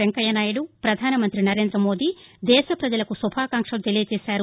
వెంకయ్య నాయుడు ప్రధానమంత్రి నరేంద్ర మోదీ దేశ ప్రజలకు శుభాకాంక్షలు తెలిపారు